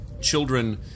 children